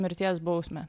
mirties bausmę